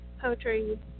poetry